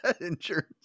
insurance